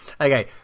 Okay